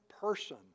person